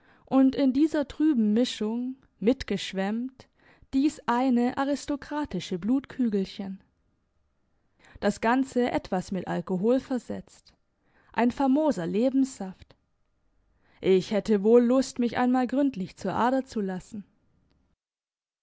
und in dieser trüben mischung mitgeschwemmt dies eine aristokratische blutkügelchen das ganze etwas mit alkohol versetzt ein famoser lebenssaft ich hätte wohl lust mich einmal gründlich zur ader zu lassen